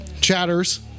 Chatters